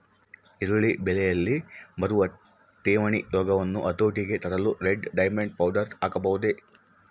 ಈರುಳ್ಳಿ ಬೆಳೆಯಲ್ಲಿ ಬರುವ ತಿರಣಿ ರೋಗವನ್ನು ಹತೋಟಿಗೆ ತರಲು ರೆಡ್ ಡೈಮಂಡ್ ಪೌಡರ್ ಹಾಕಬಹುದೇ?